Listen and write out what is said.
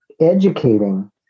educating